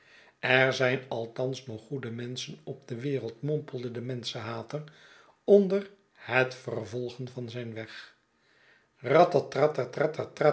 er zijn althans nog goede menschen op de wereld mompelde de menschenhater onder het vervolgen van zijn weg rat